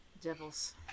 devils